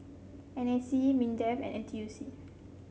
N A C Mindefand N T U C